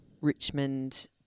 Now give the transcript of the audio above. Richmond